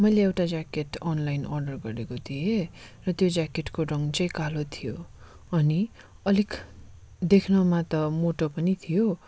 मैले एउटा jacket online order गरेको थिएँ र त्यो ज्याकेटको रङ चाहिँ कालो थियो अनि अलिक देख्नुमा त मोटो पनि थियो